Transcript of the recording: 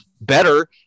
better